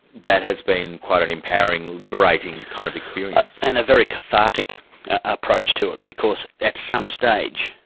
that has been quite an empowering, liberating kind of experience? and a very cathartic approach to it, because at some stage,